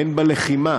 הן בלחימה